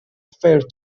fair